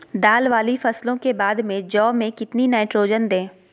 दाल वाली फसलों के बाद में जौ में कितनी नाइट्रोजन दें?